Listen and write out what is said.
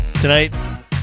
Tonight